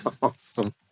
Awesome